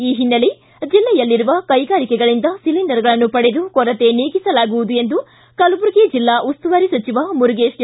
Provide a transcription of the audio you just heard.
ಈ ಹಿನ್ನೆಲೆ ಜಿಲ್ಲೆಯಲ್ಲಿರುವ ಕೈಗಾರಿಕೆಗಳಿಂದ ಸಿಲಿಂಡರ್ಗಳನ್ನು ಪಡೆದು ಕೊರತೆ ನೀಗಿಸಲಾಗುವುದು ಎಂದು ಕಲಬುರಗಿ ಜಿಲ್ಲಾ ಉಸ್ತುವಾರಿ ಸಚಿವ ಮುರುಗೇಶ್ ಆರ್